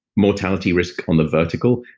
mortality risk on the vertical,